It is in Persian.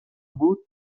بود